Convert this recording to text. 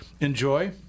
enjoy